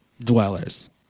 dwellers